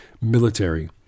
military